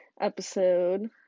episode